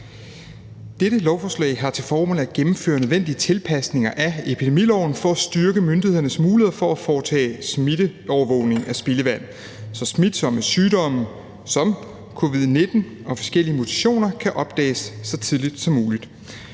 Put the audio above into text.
Dette lovforslag har til formål at gennemføre nødvendige tilpasninger af epidemiloven for at styrke myndighedernes muligheder for at foretage smitteovervågning af spildevand, så smitsomme sygdomme som covid-19 og forskellige mutationer kan opdages så tidligt som muligt.